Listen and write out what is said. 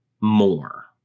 more